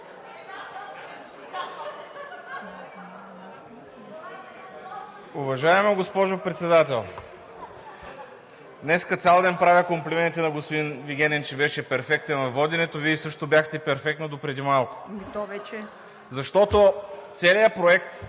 Уважаема госпожо Председател! Днес цял ден правя комплименти на господин Вигенин, че беше перфектен във воденето – Вие също бяхте перфектна, допреди малко. Защото целият проект